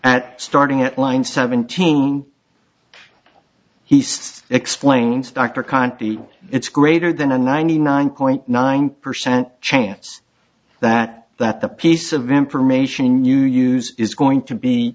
at starting at line seventeen he says explains dr conti it's greater than a ninety nine point nine percent chance that that the piece of information you use is going to be